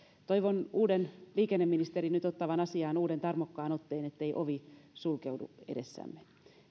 toivon uuden liikenneministerin nyt ottavan asiaan uuden tarmokkaan otteen ettei ovi sulkeudu edessämme